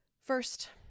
First